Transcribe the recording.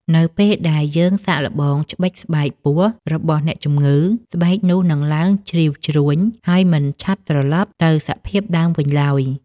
នៅពេលដែលយើងសាកល្បងច្បិចស្បែកពោះរបស់អ្នកជំងឺ ស្បែកនោះនឹងឡើងជ្រីវជ្រួញ ហើយមិនឆាប់ត្រឡប់ទៅសភាពដើមវិញឡើយ។